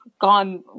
gone